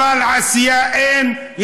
אבל עשייה אין,